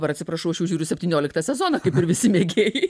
dabar aš atsiprašau aš jau žiūriu septynioliktą sezoną kaip ir visi mėgėjai